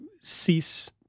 cease